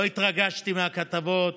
לא התרגשתי מהכתבות